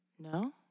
No